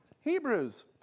Hebrews